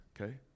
Okay